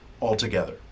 altogether